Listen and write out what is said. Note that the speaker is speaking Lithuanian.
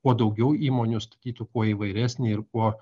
kuo daugiau įmonių statytų kuo įvairesnį ir kuo